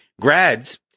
grads